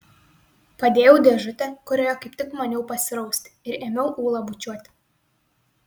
padėjau dėžutę kurioje kaip tik maniau pasirausti ir ėmiau ulą bučiuoti